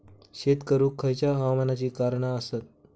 शेत करुक खयच्या हवामानाची कारणा आसत?